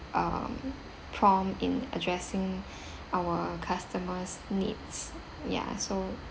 um prompt in addressing our customer's needs ya so